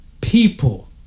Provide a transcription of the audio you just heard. people